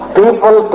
people